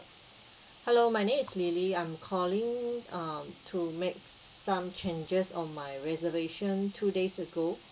hello my name is lily I'm calling um to make some changes on my reservation two days ago